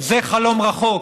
זה חלום רחוק.